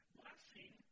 blessing